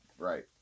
Right